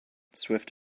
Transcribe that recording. swift